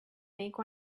make